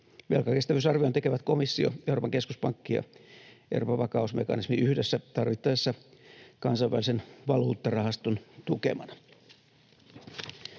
Velkakestävyysarvion tekevät komissio, Euroopan keskuspankki ja Euroopan vakausmekanismi yhdessä, tarvittaessa Kansainvälisen valuuttarahaston tukemana.